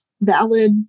valid